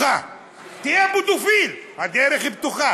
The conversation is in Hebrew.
די, שים סטופ.